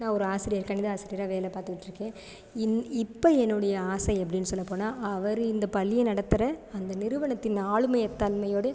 நான் ஒரு ஆசிரியர் கணித ஆசிரியராக வேலை பார்த்துக்கிட்டு இருக்கேன் இன் இப்போ என்னுடைய ஆசை அப்படினு சொல்ல போனால் அவர் இந்த பள்ளியை நடத்துகிற அந்த நிறுவனத்தின் ஆளுமைத் தன்மையோடு